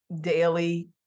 daily